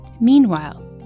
Meanwhile